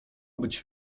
być